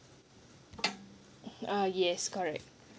uh yes correct